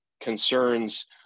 concerns